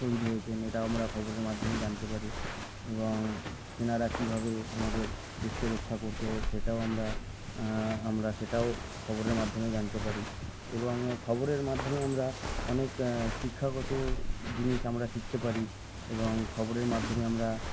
শহীদ হয়েছেন এটা আমরা খবরের মাধ্যমে জানতে পারি এবং সেনারা কীভাবে আমাদের দেশকে রক্ষা করছে সেটাও আমরা আমরা সেটাও খবরের মাধ্যমে জানতে পারি এবং খবরের মাধ্যমে আমরা অনেক শিক্ষাগত জিনিস আমরা শিখতে পারি এবং খবরের মাধ্যমে আমরা